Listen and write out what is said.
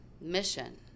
mission